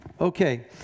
Okay